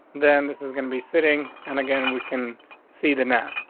then this is gonna be sitting and again we can see the nap.